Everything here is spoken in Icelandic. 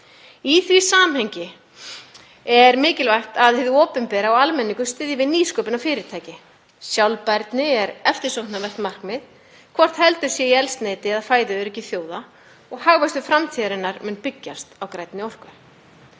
Í því samhengi er mikilvægt að hið opinbera og almenningur styðji við nýsköpunarfyrirtæki. Sjálfbærni er eftirsóknarvert markmið hvort heldur er í eldsneyti eða fæðuöryggi þjóða og hagvöxtur framtíðarinnar mun byggjast á grænni orku.